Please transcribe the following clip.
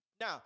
Now